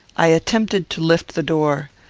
i attempted to lift the door.